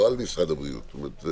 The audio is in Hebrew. לא על משרד הבריאות.